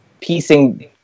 piecing